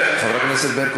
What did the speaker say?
(חבר הכנסת טלב אבו עראר